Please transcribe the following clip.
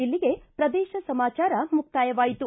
ಇಲ್ಲಿಗೆ ಪ್ರದೇಶ ಸಮಾಚಾರ ಮುಕ್ತಾಯವಾಯಿತು